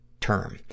term